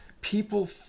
people